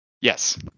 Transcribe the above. Yes